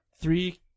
three